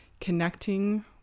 connecting